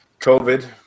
COVID